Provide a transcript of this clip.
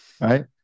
Right